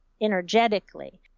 energetically